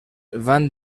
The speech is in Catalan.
van